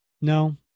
No